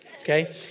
Okay